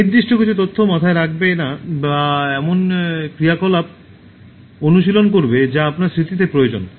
নির্দিষ্ট কিছু তথ্য মাথায় রাখবে বা এমন ক্রিয়াকলাপ অনুশীলন করবে যা আপনার স্মৃতিতে প্রয়োজন